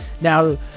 Now